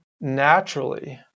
naturally